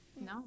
No